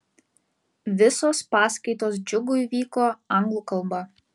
visos paskaitos džiugui vyko anglų kalba